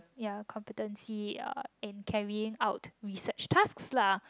ya competency in carrying on research task lah